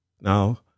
Now